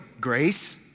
grace